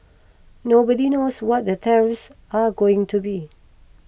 nobody knows what the tariffs are going to be